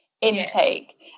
Intake